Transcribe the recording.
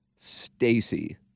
Stacy